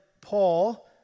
Paul